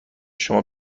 شما